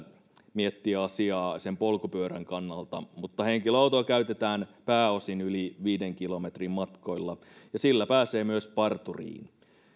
miettiä asiaa sen polkupyörän kannalta mutta henkilöautoa käytetään pääosin yli viiden kilometrin matkoilla ja sillä pääsee myös parturiin